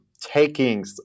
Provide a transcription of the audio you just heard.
Taking